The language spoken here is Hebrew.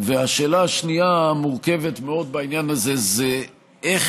והשאלה השנייה מורכבת מאוד בעניין הזה: איך,